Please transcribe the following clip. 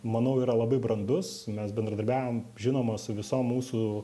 manau yra labai brandus mes bendradarbiaujam žinoma su visom mūsų